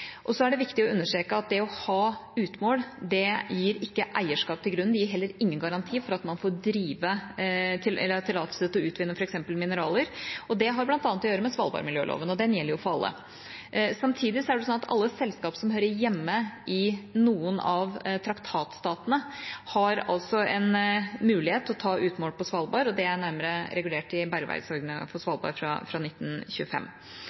Så er det viktig å understreke at det å ha utmål gir ikke eierskap til grunnen, og det gir heller ingen garanti for at man får tillatelse til å utvinne f.eks. mineraler. Det har bl.a. å gjøre med svalbardmiljøloven, og den gjelder jo for alle. Samtidig er det slik at alle selskap som hører hjemme i noen av traktatstatene, har en mulighet til å ta utmål på Svalbard, og dette er nærmere regulert i bergverksordningen for Svalbard fra 1925.